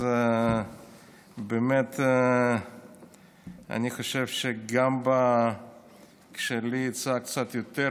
אני חושב שכאשר יצא לי קצת יותר